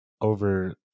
over